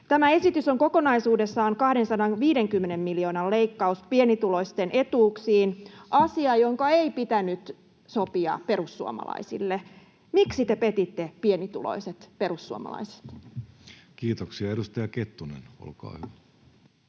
Tämä esitys on kokonaisuudessaan 250 miljoonan leikkaus pienituloisten etuuksiin, asia, jonka ei pitänyt sopia perussuomalaisille. Miksi te petitte pienituloiset perussuomalaiset? Kiitoksia. — Edustaja Kettunen, olkaa hyvä.